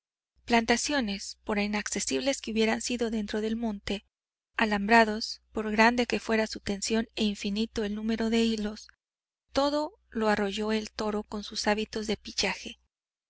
plantaciones por inaccesibles que hubieran sido dentro del monte alambrados por grande que fuera su tensión e infinito el número de hilos todo lo arrolló el toro con sus hábitos de pillaje